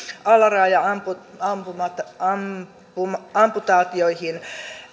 alaraaja amputaatioihin